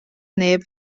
neb